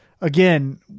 again